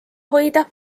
hoida